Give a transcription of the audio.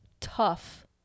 tough